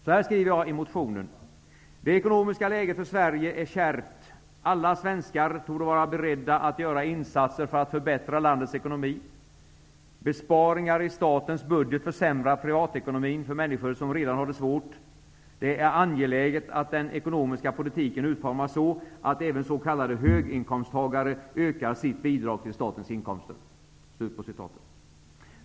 Så här skriver jag i motionen: Det ekonomiska läget för Sverige är kärvt. Alla svenskar torde vara beredda att göra insatser för att förbättra landets ekonomi. Besparingar i statens budget försämrar privatekonomin för människor som redan har det svårt. Det är angeläget att den ekonomiska politiken utformas så, att även s.k. höginkomsttagare ökar sitt bidrag till statens inkomster.